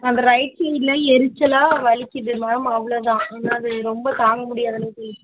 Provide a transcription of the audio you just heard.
அந்த ரைட் சைடில் எரிச்சலாக வலிக்குது மேம் அவ்வளோ தான் ஆனால் அது ரொம்ப தாங்கமுடியாதளவுக்கு இருக்குது